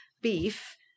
beef